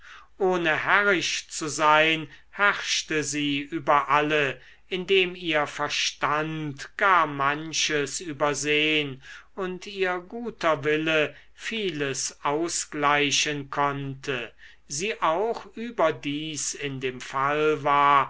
ohne herrisch zu sein herrschte sie über alle indem ihr verstand gar manches übersehn und ihr guter wille vieles ausgleichen konnte sie auch überdies in dem fall war